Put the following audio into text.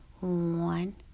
one